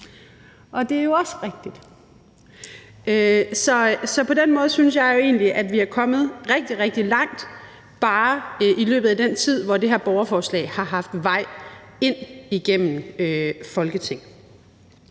Og det er jo også rigtigt. Så på den måde synes jeg jo egentlig, at vi er kommet rigtig, rigtig langt bare i løbet af den tid, hvor det her borgerforslag har haft sin vej igennem Folketinget